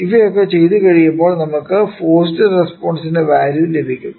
ഇവയൊക്കെ ചെയ്തു കഴിയുമ്പോൾ നമുക്ക് ഫോർസ്ഡ് റെസ്പോൺസിന്റെ വാല്യൂ ലഭിക്കും